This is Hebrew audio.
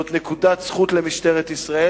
זאת נקודת זכות למשטרת ישראל.